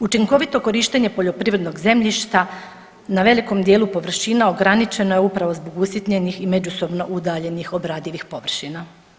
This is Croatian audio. Učinkovito korištenje poljoprivrednog zemljišta na velikom dijelu površina ograničeno je upravo zbog usitnjenih i međusobno udaljenih obradivih površina.